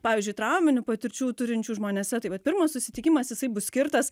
pavyzdžiui trauminių patirčių turinčių žmonėse tai vat pirmas susitikimas jisai bus skirtas